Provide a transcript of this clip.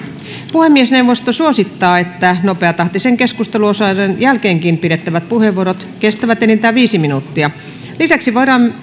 puhemiesneuvosto suosittaa että nopeatahtisen keskusteluosuuden jälkeenkin pidettävät puheenvuorot kestävät enintään viisi minuuttia lisäksi